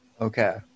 okay